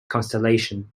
constellation